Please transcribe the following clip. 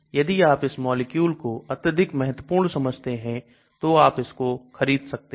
यदि आप इस मॉलिक्यूल को अत्यधिक महत्वपूर्ण समझते हैं तो आप इसको खरीद सकते हैं